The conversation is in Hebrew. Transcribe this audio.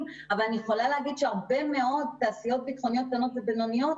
אבל אני יכולה שהרבה מאוד תעשיות ביטחוניות קטנות ובינוניות